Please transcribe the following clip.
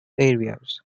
areas